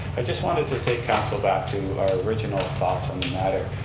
i just wanted to take council back to our original thoughts on the matter.